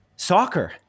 Soccer